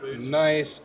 nice